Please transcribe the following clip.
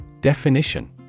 Definition